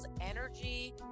energy